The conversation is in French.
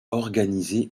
organisé